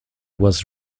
was